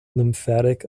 lymphatic